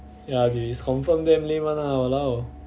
ya is confirm damn lame one lah !walao!